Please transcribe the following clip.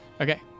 Okay